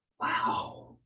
wow